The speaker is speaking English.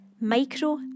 micro